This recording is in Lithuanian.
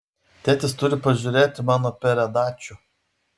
tėtis turi pažiūrėti mano peredačių